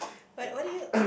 but why do you